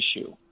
issue